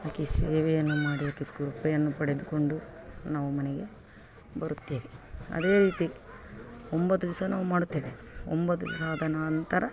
ಆಕೆಯ ಸೇವೆಯನ್ನು ಮಾಡಿ ಆಕೆಯ ಕೃಪೆಯನ್ನು ಪಡೆದುಕೊಂಡು ನಾವು ಮನೆಗೆ ಬರುತ್ತೇವೆ ಅದೇ ರೀತಿ ಒಂಬತ್ತು ದಿವಸ ಮಾಡುತ್ತೇವೆ ಒಂಬತ್ತು ದಿವಸ ಆದ ನಂತರ